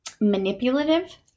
manipulative